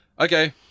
okay